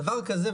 דבר כזה,